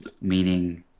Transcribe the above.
meaning